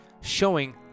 showing